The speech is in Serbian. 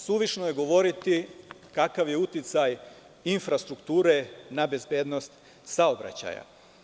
Suvišno je govoriti kakav je uticaj infrastrukture na bezbednost saobraćaja.